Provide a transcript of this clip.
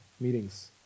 meetings